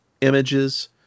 Images